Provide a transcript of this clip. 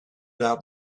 out